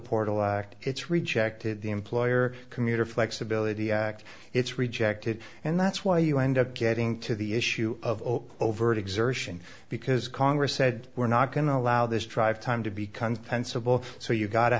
portal act it's rejected the employer commuter flexibility act it's rejected and that's why you end up getting to the issue of overt exertion because congress said we're not going to allow this drive time to be